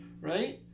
right